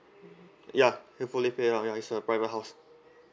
yup have fully pay ya ya it's a private house